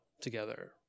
together